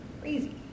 crazy